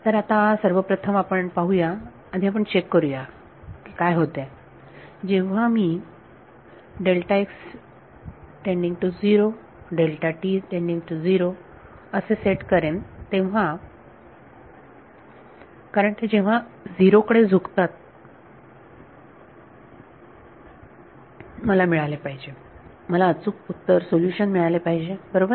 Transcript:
तर आता सर्वप्रथम आपण पाहू या आधी आपण चेक करू या की काय होते जेव्हा मी असे सेट करेन तेव्हा कारण ते जेव्हा 0 कडे झुकतात मला मिळाले पाहिजे मला अचूक उत्तर सोल्युशन मिळाले पाहिजे बरोबर